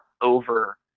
over